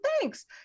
thanks